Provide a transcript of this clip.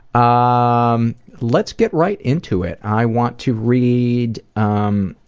ah um, let's get right into it. i want to read, um,